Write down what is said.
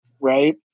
right